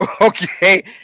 Okay